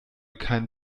kein